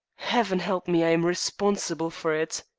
heaven help me! i am responsible for it!